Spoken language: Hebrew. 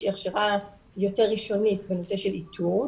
שהיא הכשרה יותר ראשונית בנושא של איתור,